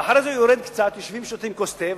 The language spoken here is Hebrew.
ואחרי זה הוא יורד קצת, יושבים שותים כוס תה.